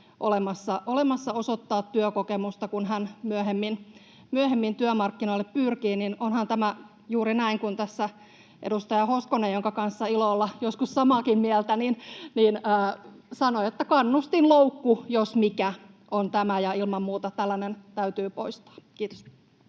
olemassa osoittaa työkokemusta, kun hän myöhemmin työmarkkinoille pyrkii. Ja onhan tämä juuri näin kuin tässä edustaja Hoskonen, jonka kanssa on ilo olla joskus samaakin mieltä, sanoi, että tämä on kannustinloukku jos mikä, ja ilman muuta tällainen täytyy poistaa. — Kiitos.